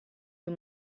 you